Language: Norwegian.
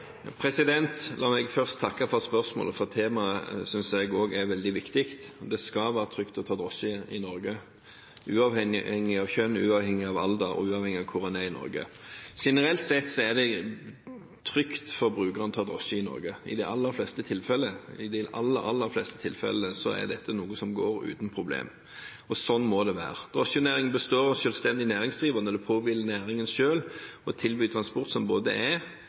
brukerne?» La meg først takke for spørsmålet, for jeg synes temaet er veldig viktig. Det skal være trygt å ta drosje i Norge – uavhengig av kjønn, alder og hvor i Norge man er. Generelt sett er det trygt for brukerne å ta drosje i Norge. I de aller, aller fleste tilfellene er dette noe som går uten problem, og sånn må det være. Drosjenæringen består av selvstendig næringsdrivende, og det påhviler næringen selv å tilby transport som både er